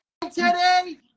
today